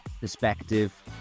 perspective